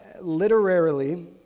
literarily